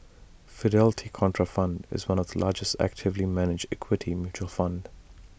Fidelity Contrafund is one of the largest actively managed equity mutual fund